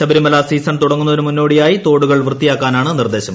Sabarimala season തുടങ്ങുന്നതിന് മുന്നോടിയായി തോടുകൾ വൃത്തിയാക്കാനാണ് നിർദ്ദേശം